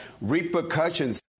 repercussions